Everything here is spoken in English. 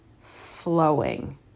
flowing